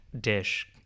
dish